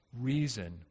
reason